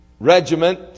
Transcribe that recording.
Regiment